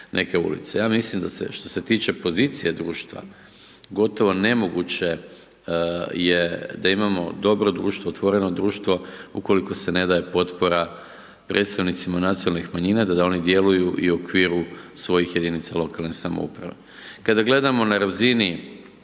neke ulice. Ja mislim, što se tiče pozicije društva, gotovo nemoguće je da imamo dobro društvo, otvoreno društvo, ukoliko se ne daje potpora predstavnicima nacionalnih manjina, da oni djeluju i u okviru svojih jedinica lokalne samouprave. Kada gledamo na razini,